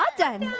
done.